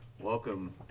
Welcome